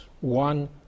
one